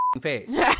face